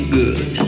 good